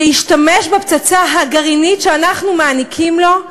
שישתמש בפצצה הגרעינית שאנחנו מעניקים לו,